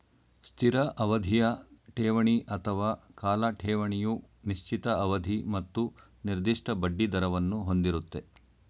ಸ್ಥಿರ ಅವಧಿಯ ಠೇವಣಿ ಅಥವಾ ಕಾಲ ಠೇವಣಿಯು ನಿಶ್ಚಿತ ಅವಧಿ ಮತ್ತು ನಿರ್ದಿಷ್ಟ ಬಡ್ಡಿದರವನ್ನು ಹೊಂದಿರುತ್ತೆ